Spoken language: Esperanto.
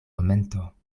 momento